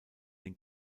den